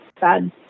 bad